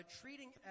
treating